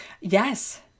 yes